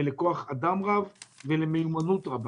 לכוח אדם רב ולמיומנות רבה.